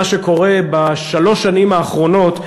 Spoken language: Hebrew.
מה שקורה בשלוש השנים האחרונות,